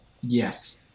Yes